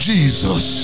Jesus